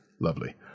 Lovely